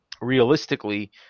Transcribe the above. realistically